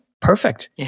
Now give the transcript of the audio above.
perfect